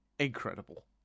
Incredible